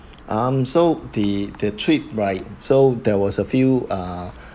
um so the the trip right so there was a few ah